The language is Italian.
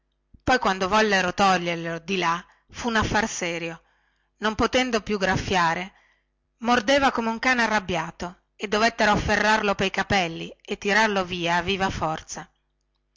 poi quando vollero toglierlo di là fu un affar serio non potendo più graffiare mordeva come un cane arrabbiato e dovettero afferrarlo pei capelli per tirarlo via a viva forza